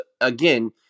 Again